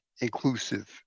inclusive